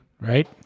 right